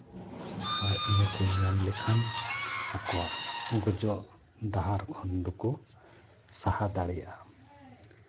ᱟᱨ ᱤᱱᱟᱹ ᱠᱚ ᱧᱟᱢ ᱞᱮᱠᱷᱟᱱ ᱟᱠᱚᱣᱟᱜ ᱜᱚᱡᱚᱜ ᱰᱟᱦᱟᱨ ᱠᱷᱚᱱ ᱫᱚᱠᱚ ᱥᱟᱦᱟ ᱫᱟᱲᱮᱭᱟᱜᱼᱟ